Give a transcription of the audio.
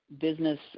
business